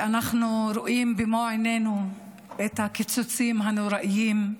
ואנחנו רואים במו עינינו את הקיצוצים הנוראיים,